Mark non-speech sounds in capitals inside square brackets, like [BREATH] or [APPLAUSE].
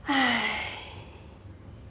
[BREATH]